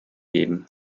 geben